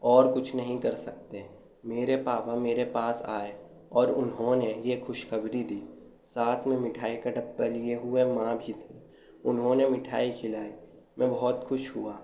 اور کچھ نہیں کر سکتے میرے پاپا میرے پاس آئے اور انہوں نے یہ خوش خبری دی ساتھ میں مٹھائی کا ڈبہ لیے ہوئے ماں بھی تھیں انہوں نے مٹھائی کھلائی میں بہت خوش ہوا